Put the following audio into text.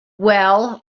well